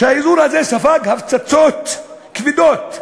האזור הזה ספג הפצצות כבדות.